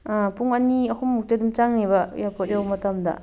ꯄꯨꯡ ꯑꯅꯤ ꯑꯍꯨꯝꯃꯨꯛꯇꯤ ꯑꯗꯨꯝ ꯆꯪꯅꯤꯕ ꯑꯦꯌꯥꯔꯄꯣꯔꯠ ꯌꯧꯕ ꯃꯇꯝꯗ